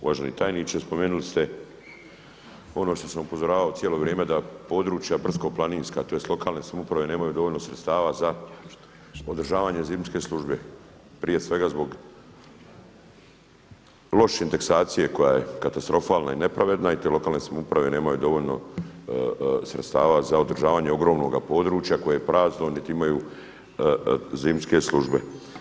Uvaženi tajniče, spomenuli ste ono što sam upozoravao cijelo vrijeme da područja brdsko-planinska tj. lokalne samouprave nemaju dovoljno sredstava za održavanje zimske službe, prije svega zbog loše indeksacije koja je katastrofalne i nepravedna i te lokalne samouprave nemaju dovoljno sredstava za održavanje ogromnoga područja koje je prazno niti imaju zimske službe.